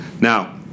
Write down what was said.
Now